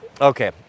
Okay